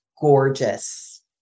gorgeous